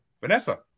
Vanessa